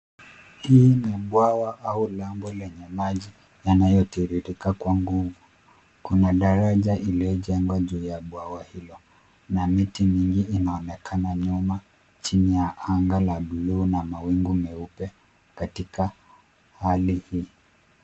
Hii ni bwawa au lango lenye maji yanayo tiririka kwa nguvu. Kuna daraja iliyojengwa juu ya bwawa hilo na miti mingi inaonekana nyuma chini ya anga ya bluu na mawingu meupe katika hali hii.